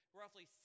roughly